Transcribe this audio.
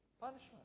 punishment